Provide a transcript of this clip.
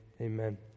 amen